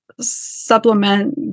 supplement